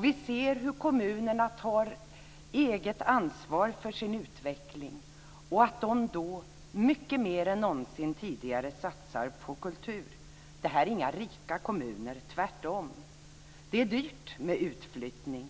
Vi ser hur kommunerna tar eget ansvar för sin utveckling och att de mycket mer än någonsin tidigare satsar på kultur. Det här är inga rika kommuner, tvärtom. Det är dyrt med utflyttning.